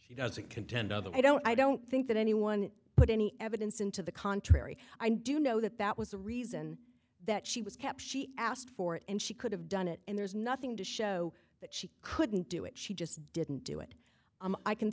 she doesn't contend other i don't i don't think that anyone put any evidence into the contrary i do know that that was the reason that she was kept she asked for it and she could have done it and there's nothing to show that she couldn't do it she just didn't do it i can